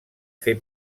fer